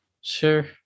Sure